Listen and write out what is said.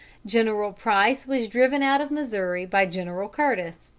general price was driven out of missouri by general curtis,